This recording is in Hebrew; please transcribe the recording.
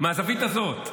מהזווית הזאת,